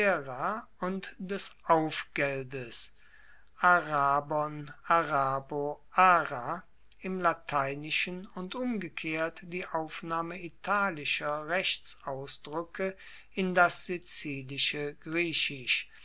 und des aufgeldes arrabo arra im lateinischen und umgekehrt die aufnahme italischer rechtsausdruecke in das sizilische griechisch